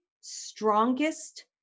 strongest